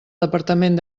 departament